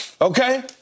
okay